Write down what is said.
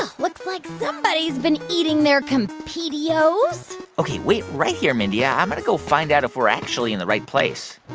ah looks like somebody has been eating their compete-y-o's ok. wait right here, mindy. i'm going to go find out if we're actually in the right place